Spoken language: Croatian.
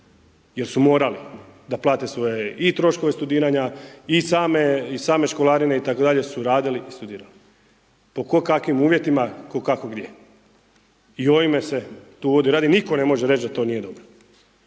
jer su morali da plate svoje i troškove studiranja i same školarine itd. su radili i studirali po tko kakvim uvjetima, tko kako gdje. I ovime se tu uvodi red. I nitko ne može reći da to nije dobro.